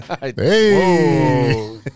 Hey